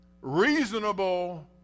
reasonable